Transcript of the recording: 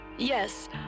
Yes